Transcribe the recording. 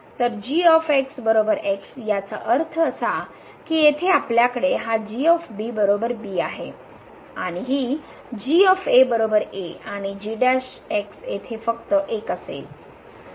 तर याचा अर्थ असा की येथे आपल्याकडे हा आहे आणि ही आणि g येथे फक्त १ असेल